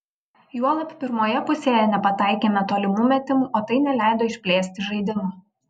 juolab pirmoje pusėje nepataikėme tolimų metimų o tai neleido išplėsti žaidimo